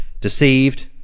deceived